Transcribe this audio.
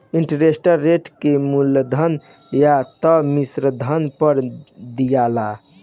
interest rate के मूलधन या त मिश्रधन पर दियाला